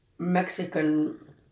mexican